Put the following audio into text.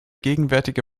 gegenwärtige